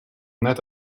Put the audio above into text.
net